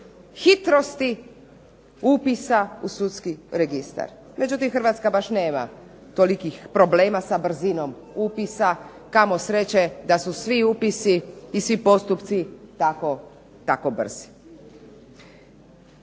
hitrosti upisa u Sudski registar. Međutim, Hrvatska baš nema tolikih problema sa brzinom upisa, kamo sreće da su svi postupci i svi upisi tako brzi.